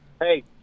Hey